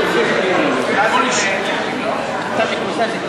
בממשלה לא נתקבלה.